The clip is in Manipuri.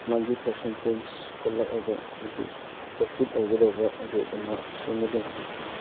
ꯃꯥꯒꯤ ꯄꯥꯔꯁꯦꯟꯇꯦꯟꯁ ꯍꯣꯠꯂꯛꯑꯒ ꯑꯩꯒꯤ ꯄ꯭ꯔꯣꯐꯤꯠ ꯑꯣꯏꯒꯗꯕ ꯔꯦꯠ ꯑꯃ ꯁꯦꯝꯒꯗꯕꯅꯤ